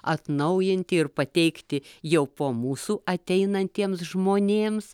atnaujinti ir pateikti jau po mūsų ateinantiems žmonėms